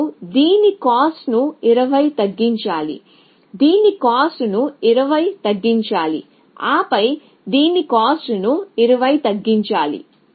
మీరు దీని కాస్ట్ ను 20 తగ్గించాలి దీని కాస్ట్ ను 20 తగ్గించాలి ఆపై దీని కాస్ట్ ను 20 తగ్గించాలి